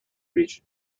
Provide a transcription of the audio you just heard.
reach